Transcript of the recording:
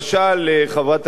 חברת